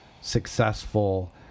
successful